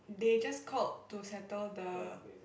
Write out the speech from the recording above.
they just called to settle the